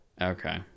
Okay